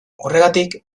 horregatik